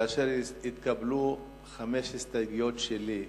וכאשר התקבלו חמש הסתייגויות שלי,